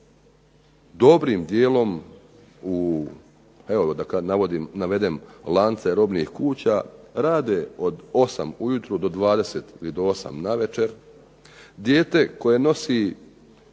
dobrim dijelom u evo da navedem lance robnih kuća, rade od 8 ujutro do 20 na večer. Dijete koje nosi